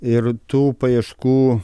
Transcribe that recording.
ir tų paieškų